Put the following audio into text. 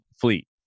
fleet